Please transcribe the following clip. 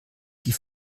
die